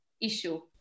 issue